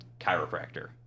chiropractor